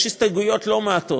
יש הסתייגויות לא מעטות,